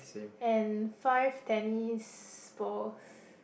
and five tennis balls